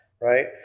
right